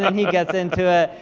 he gets into it,